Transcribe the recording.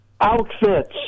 Outfits